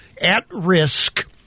at-risk